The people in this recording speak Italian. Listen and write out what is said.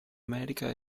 america